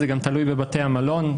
זה גם תלוי בבתי המלון.